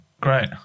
Great